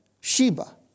Sheba